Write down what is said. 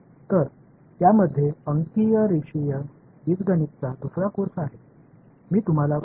எனவே இது numerical linear அல்ஜிப்ராமற்றொரு பாடத்திட்டத்தை உள்ளடக்கியது